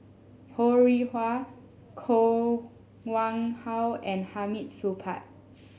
Ho Rih Hwa Koh Nguang How and Hamid Supaat